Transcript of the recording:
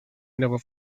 never